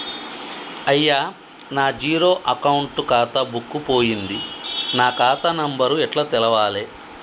అయ్యా నా zero account ఖాతా బుక్కు పోయింది నా ఖాతా నెంబరు ఎట్ల తెలవాలే?